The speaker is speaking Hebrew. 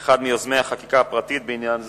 אחד מיוזמי החקיקה הפרטית בעניין זה,